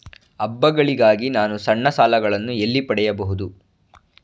ಹಬ್ಬಗಳಿಗಾಗಿ ನಾನು ಸಣ್ಣ ಸಾಲಗಳನ್ನು ಎಲ್ಲಿ ಪಡೆಯಬಹುದು?